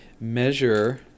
measure